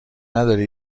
نداری